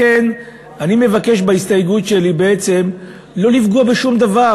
לכן אני מבקש בהסתייגות שלי בעצם לא לפגוע בשום דבר,